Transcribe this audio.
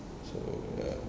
so err